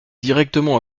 directement